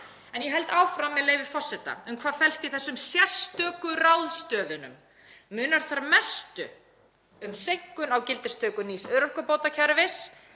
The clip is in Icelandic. En ég held áfram, með leyfi forseta, um hvað felst í þessum sérstöku ráðstöfunum: „Munar þar mestu um seinkun á gildistöku nýs örorkubótakerfis,